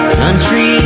country